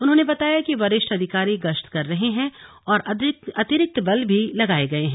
उन्होंने बताया कि वरिष्ठ अधिकारी गश्त कर रहे हैं और अतिरिक्त बल भी लगाये गये हैं